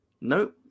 Nope